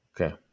Okay